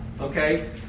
Okay